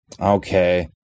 Okay